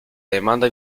demanda